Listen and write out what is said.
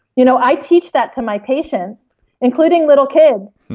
you know i teach that to my patients including little kids